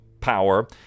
power